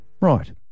Right